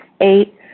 Eight